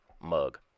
mug